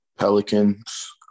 Pelicans